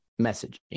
messaging